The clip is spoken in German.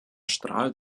strahlt